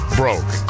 broke